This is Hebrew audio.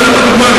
אני אתן לך דוגמה.